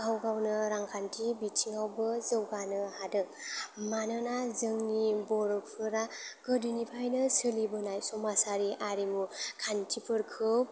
गाव गावनो रांखान्थि बिथिङावबो जौगानो हादों मानोना जोंनि बर'फोरा गोदोनिफ्रायनो सोलिबोनाय समाजारि आरिमु खान्थिफोरखौ